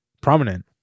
prominent